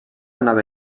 anava